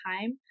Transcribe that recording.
time